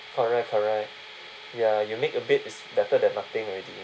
correct correct ya you make a bit is better than nothing already